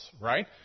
right